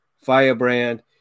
Firebrand